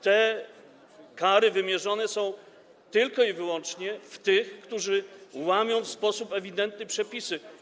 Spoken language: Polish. Te kary wymierzone są tylko i wyłącznie w tych, którzy łamią w sposób ewidentny przepisy.